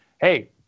hey